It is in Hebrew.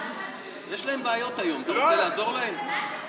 יש להם בעיות היום, אתה רוצה לעזור להם?